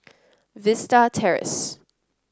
Vista Terrace